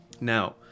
Now